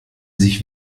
sich